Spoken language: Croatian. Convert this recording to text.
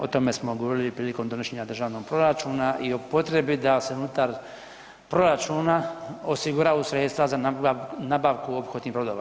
O tome smo govorili i prilikom donošenja državnog proračuna i o potrebi da se unutar proračuna osiguraju sredstva za nabavku ophodnih brodova.